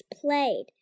played